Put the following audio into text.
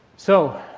so,